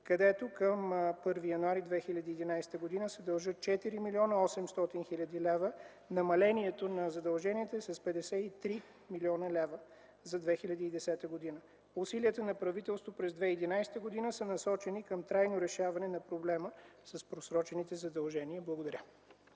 където към 1 януари 2011 г. се дължат 4 млн. 800 хил. лв. Намалението на задълженията е с 53 млн. лв. за 2010 г. Усилията на правителството през 2011 г. са насочени към трайно решаване на проблема с просрочените задължения. Благодаря.